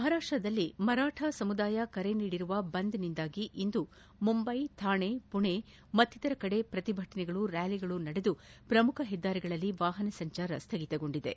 ಮಹಾರಾಷ್ಷದಲ್ಲಿ ಮರಾಠ ಸಮುದಾಯ ಕರೆ ನೀಡಿರುವ ಬಂದ್ನಿಂದಾಗಿ ಇಂದು ಮುಂಬ್ಲೆ ಥಾಣೆ ಪುಣೆ ಮತ್ತಿತರ ಕಡೆ ಪ್ರತಿಭಟನೆ ರ್ನಾಲಿಗಳು ನಡೆದು ಪ್ರಮುಖ ಹೆದ್ದಾರಿಗಳಲ್ಲಿ ವಾಹನ ಸಂಚಾರ ಸ್ನಗಿತಗೊಂಡಿದೆ